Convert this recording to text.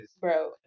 bro